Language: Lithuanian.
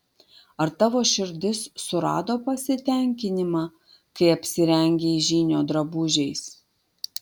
ar tavo širdis surado pasitenkinimą kai apsirengei žynio drabužiais